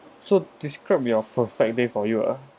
so describe your perfect day for you ah